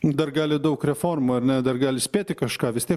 dar gali daug reformų ar ne dar gali spėti kažką vis tiek